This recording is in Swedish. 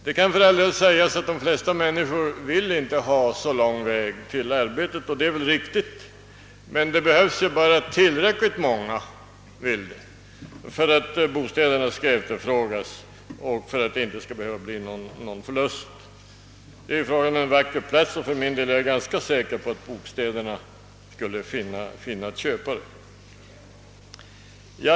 Det kan för all del invändas att de flesta människor inte vill ha så lång väg till arbetet, och det är väl riktigt, men det behövs bara att tillräckligt många vill det för att bostäderna skall efterfrågas och för att det inte skall bli någon förlust. Det är ju fråga om en vacker plats, och jag är ganska säker på att bostäderna skulle finna köpare.